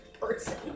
person